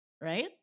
right